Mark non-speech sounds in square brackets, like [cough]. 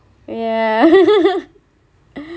ya [laughs]